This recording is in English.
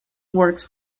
works